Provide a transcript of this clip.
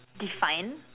define